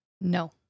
No